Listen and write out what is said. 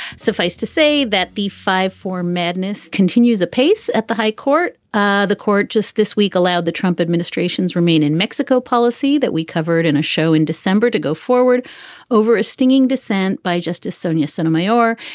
suffice to say that the five four madness continues apace at the high court. ah the court just this week allowed the trump administration's remain in mexico policy that we covered in a show in december to go forward over a stinging dissent by justice sonia sotomayor.